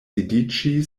sidiĝi